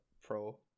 pro